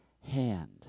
hand